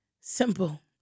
simple